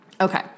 Okay